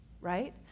right